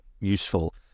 useful